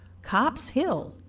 copp's hill,